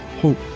hope